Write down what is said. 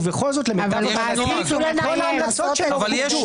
ובכל זאת למיטב הבנתי כל ההמלצות שלו כובדו.